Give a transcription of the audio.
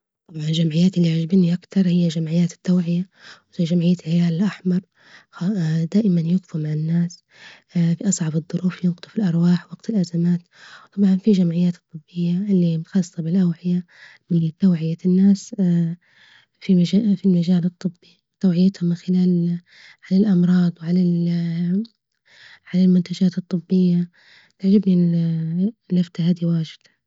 طبعا جمعيات اللي يعجبني أكتر هي جمعيات التوعية مثل جمعية الهلال الأحمر دائما يجفوا مع الناس في أصعب الظروف ينقذوا الأرواح وقت الأزمات، كمان في جمعيات الطبية اللي متخصصة بالتوعية توعية الناس في مجا في مجال الطبي، توعيتهم من خلال عن الأمراض وعن ال عن المنتجات الطبية، تعجبني اللفتة هادي واجد.